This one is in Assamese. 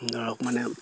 ধৰক মানে